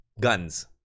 Guns